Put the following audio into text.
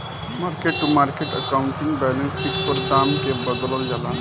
market to market accounting balance sheet पर दाम के बदलल जाला